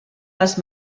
les